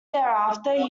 thereafter